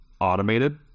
automated